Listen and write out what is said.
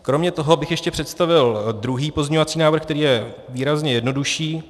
Kromě toho bych ještě představil druhý pozměňovací návrh, který je výrazně jednodušší.